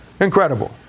incredible